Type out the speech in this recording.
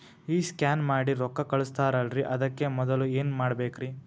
ಈ ಸ್ಕ್ಯಾನ್ ಮಾಡಿ ರೊಕ್ಕ ಕಳಸ್ತಾರಲ್ರಿ ಅದಕ್ಕೆ ಮೊದಲ ಏನ್ ಮಾಡ್ಬೇಕ್ರಿ?